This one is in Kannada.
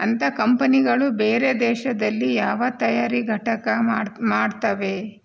ಅಂತ ಕಂಪನಿಗಳು ಬೇರೆ ದೇಶದಲ್ಲಿ ಯಾವ ತಯಾರಿ ಘಟಕ ಮಾಡ್ ಮಾಡ್ತವೆ